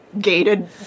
gated